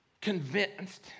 convinced